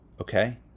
Okay